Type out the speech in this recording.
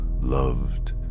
loved